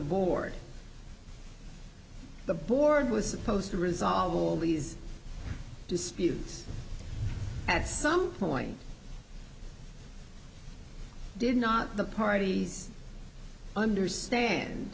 board the board was supposed to resolve all these disputes at some point did not the parties understand